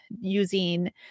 using